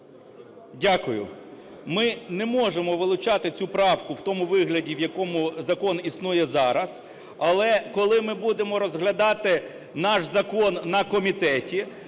Дякую. Ми не можемо вилучати цю правку в тому вигляді, в якому закон існує зараз. Але коли ми будемо розглядати наш закон на комітеті,